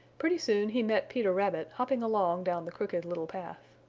pretty soon he met peter rabbit hopping along down the crooked little path.